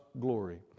glory